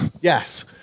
Yes